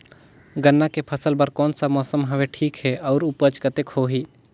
गन्ना के फसल बर कोन सा मौसम हवे ठीक हे अउर ऊपज कतेक होही?